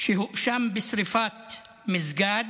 שהואשם בשרפת מסגד,